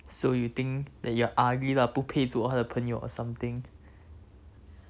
so you think that you are ugly lah 不配做她的朋友 or something